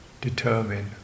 determine